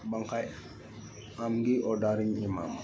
ᱵᱟᱝ ᱠᱷᱟᱱ ᱟᱢ ᱜᱮ ᱚᱰᱟᱨᱤᱧ ᱮᱢᱟ ᱢᱟ